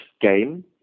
game